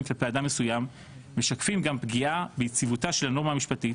כלפי אדם מסוים משקפים גם פגיעה ביציבותה של הנורמה המשפטית